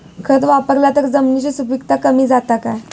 खत वापरला तर जमिनीची सुपीकता कमी जाता काय?